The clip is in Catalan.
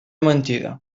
mentida